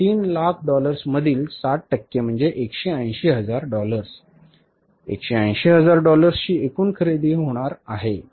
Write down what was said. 3 lakh dollars मधील 60 टक्के म्हणजे 180 हजार डॉलर्स 180 हजार डॉलर्स ची एकूण खरेदी होणार आहे